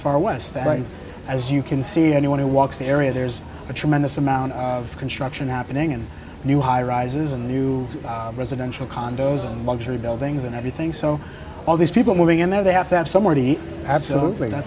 far west as you can see anyone who walks the area there's a tremendous amount of construction happening and new high rises and new residential condos and luxury buildings and everything so all these people moving in there they have to have somebody absolutely